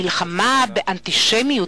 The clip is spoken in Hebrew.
אבל המלחמה באנטישמיות,